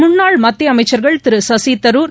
முன்னாள் மத்தியஅமைச்சர்கள்திருகசிதரூர்